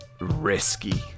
risky